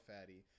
Fatty